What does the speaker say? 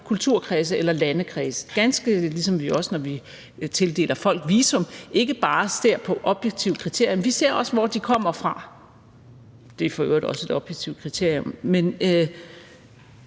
kulturkredse eller landekredse, ganske ligesom vi også, når vi tildeler folk visum, ikke bare ser på objektive kriterier, men også er på, hvor de kommer fra. Det er for øvrigt også et objektivt kriterium. Man